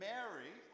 Mary